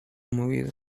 movido